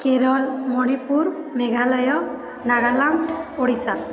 Kerala Manipur Meghalaya Nagaland Odisha